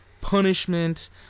punishment